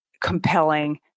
compelling